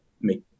make